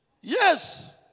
yes